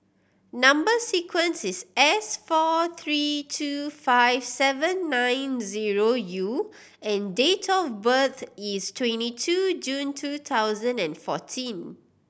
number sequence is S four three two five seven nine zero U and date of birth is twenty two June two thousand and fourteen